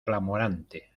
clamorante